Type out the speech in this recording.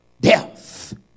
Death